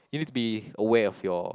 you need to be aware of your